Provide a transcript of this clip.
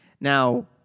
Now